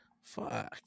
fuck